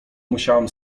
musiałem